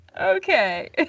okay